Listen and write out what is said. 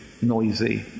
noisy